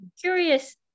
Curious